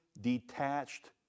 detached